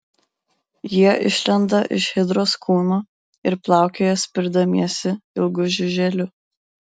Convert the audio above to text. jie išlenda iš hidros kūno ir plaukioja spirdamiesi ilgu žiuželiu